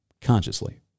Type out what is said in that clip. consciously